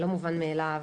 לא מובן מאליו,